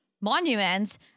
monuments